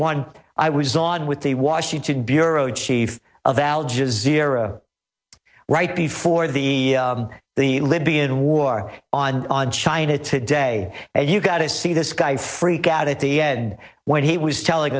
one i was on with the washington bureau chief of al jazeera right before the the libyan war on on china today and you got to see this guy freak out at the end when he was telling